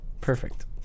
Perfect